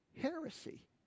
heresy